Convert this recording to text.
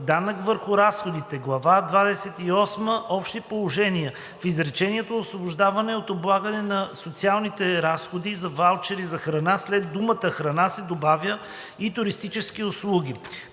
„Данък върху разходите“, глава Двадесет и осма „Общи положения“ в изречението „Освобождаване от облагане на социалните разходи за ваучери за храна“ след думата „храна“ се добавя и „туристически услуги“;